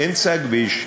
באמצע הכביש,